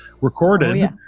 recorded